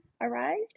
arrived